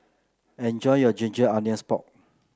enjoy your Ginger Onions Pork